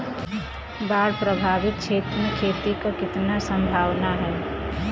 बाढ़ प्रभावित क्षेत्र में खेती क कितना सम्भावना हैं?